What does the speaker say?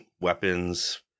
weapons